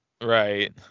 Right